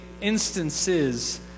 instances